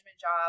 job